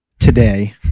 today